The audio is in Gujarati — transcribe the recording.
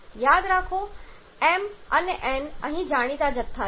યાદ રાખો કે m અને n અહીં જાણીતા જથ્થા છે